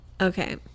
Okay